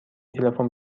تلفن